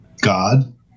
God